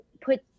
put